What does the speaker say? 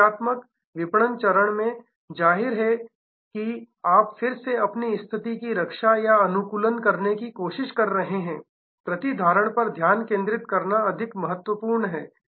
रक्षात्मक विपणन चरण में जाहिर है जहां आप फिर से अपनी स्थिति की रक्षा या अनुकूलन करने की कोशिश कर रहे हैं प्रतिधारण पर ध्यान केंद्रित करना अत्यधिक महत्वपूर्ण है